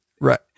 right